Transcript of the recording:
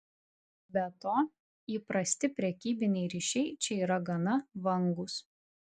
be to įprasti prekybiniai ryšiai čia yra gana vangūs